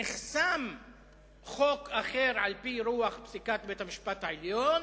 נחסם חוק אחר על-פי רוח פסיקת בית-המשפט העליון,